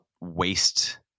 waste